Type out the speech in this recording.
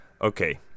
Okay